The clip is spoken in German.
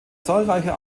zahlreicher